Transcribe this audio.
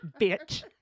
bitch